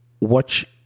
watch